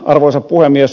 arvoisa puhemies